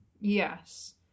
Yes